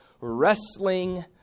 Wrestling